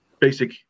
basic